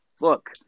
look